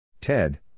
Ted